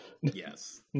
Yes